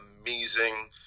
amazing